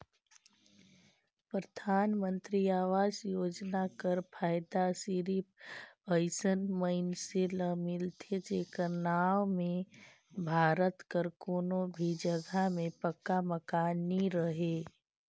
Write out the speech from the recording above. परधानमंतरी आवास योजना कर फएदा सिरिप अइसन मइनसे ल मिलथे जेकर नांव में भारत कर कोनो भी जगहा में पक्का मकान नी रहें